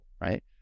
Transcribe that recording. right